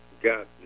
got